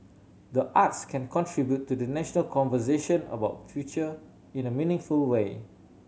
the arts can contribute to the national conversation about future in the meaningful way